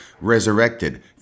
resurrected